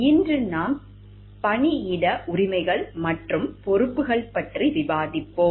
இன்று நாம் பணியிட உரிமைகள் மற்றும் பொறுப்புகள் பற்றி விவாதிப்போம்